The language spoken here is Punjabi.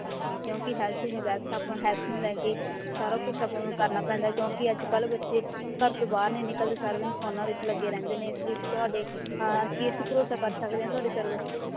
ਹਾਂਜੀ ਕਿਉਂਕਿ ਹੈਲਥ ਇਜ ਵੈਲਥ ਆਪਾਂ ਹੈਲਥ ਨੂੰ ਲੈ ਕੇ ਸਾਰਾ ਕੁਛ ਆਪਾਂ ਨੂੰ ਕਰਨਾ ਪੈਂਦਾ ਕਿਉਂਕਿ ਅੱਜ ਕੱਲ੍ਹ ਬੱਚੇ ਘਰ ਤੋਂ ਬਾਹਰ ਨਹੀਂ ਨਿਕਲਦੇ ਸਾਰਾ ਦਿਨ ਫੋਨਾਂ ਵਿੱਚ ਲੱਗੇ ਰਹਿੰਦੇ ਨੇ ਇਸ ਲਈ ਅਸੀਂ ਤੁਹਾਡੇ ਕੀ ਅਸੀਂ ਭਰੋਸਾ ਕਰ ਸਕਦੇ ਹਾਂ ਤੁਹਾਡੀ ਸਰਵਿਸ 'ਤੇ